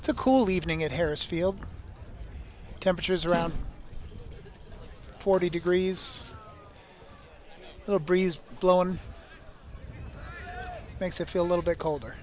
it's a cool evening at harris field temperatures around forty degrees the breeze blowing makes it feel a little bit colder